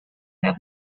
nad